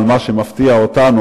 אבל מה שמפתיע אותנו,